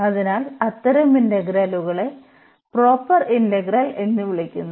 അതിനാൽ അത്തരം ഇന്റഗ്രലുകളെ പ്രോപർ ഇന്റഗ്രൽ എന്ന് വിളിക്കുന്നു